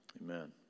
Amen